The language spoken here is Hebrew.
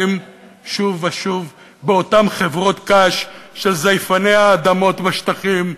שוב ושוב על אותן חברות קש של זייפני האדמות בשטחים,